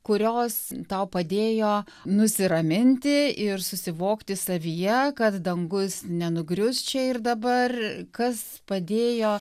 kurios tau padėjo nusiraminti ir susivokti savyje kad dangus nenugrius čia ir dabar kas padėjo